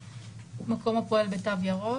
מקום הפועל בתו ירוק,